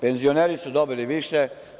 Penzioneri su dobili više.